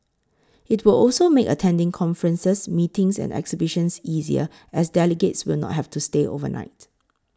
it will also make attending conferences meetings and exhibitions easier as delegates will not have to stay overnight